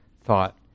thought